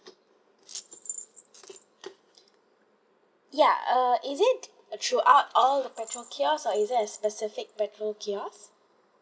ya uh is it throughout all of the petrol kiosks or is there a specific petrol kiosk